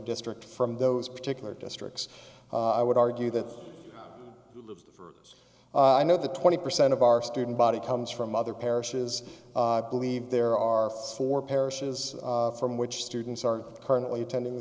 district from those particular districts i would argue that i know the twenty percent of our student body comes from other parishes believe there are four parishes from which students are currently attending